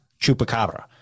Chupacabra